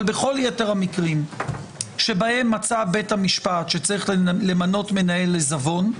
אבל בכל יתר המקרים שבהם מצא בית המשפט שצריך למנות מנהל עיזבון,